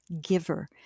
giver